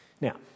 Now